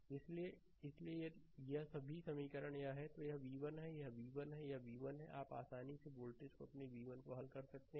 इसलिए इसलिए यदि यह सभी समीकरण यह है तो यह v1 है यह v1 है यह v1 है आप आसानी से वोल्टेज को अपने v1 के लिए हल कर सकते हैं